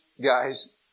guys